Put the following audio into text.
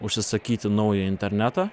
užsisakyti naują internetą